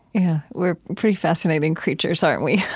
yeah. we're pretty fascinating creatures, aren't we?